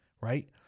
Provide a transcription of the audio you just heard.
Right